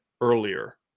earlier